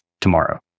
tomorrow